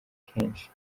kenshi